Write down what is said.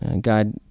God